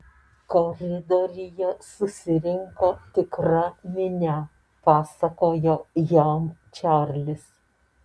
koridoriuje susirinko tikra minia pasakojo jam čarlis